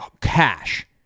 cash